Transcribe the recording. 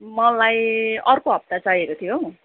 मलाई अर्को हप्ता चाहिएको थियो हौ